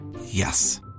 Yes